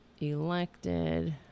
elected